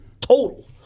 total